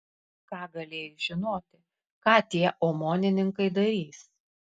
ką galėjai žinoti ką tie omonininkai darys